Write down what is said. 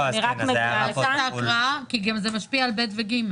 זה משפיע גם על סעיפים קטנים (ב) ו-(ג).